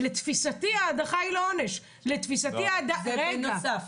לתפיסתי ההדחה אינה עונש --- זה בנוסף.